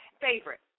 favorite